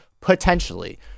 Potentially